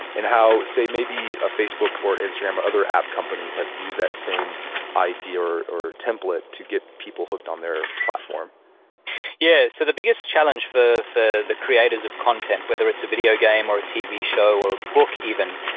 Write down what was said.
and how, say, maybe a facebook or instagram or other app companies have used that same idea or or template to get people hooked on their platform yeah. so the biggest challenge for the the creators of content, whether it's a video game or tv show or a book even,